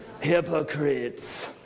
Hypocrites